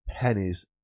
pennies